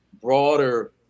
broader